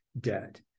debt